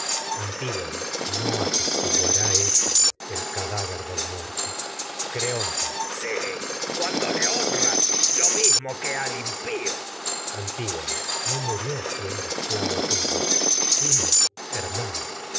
antígona no atestiguará eso el cadáver del muerto que creonte sí cuando le honras lo mismo antígona no murió siendo esclavo al impío sino